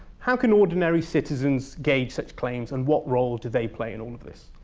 how can ordinary citizens gauge such claims and what role do they play in all of this?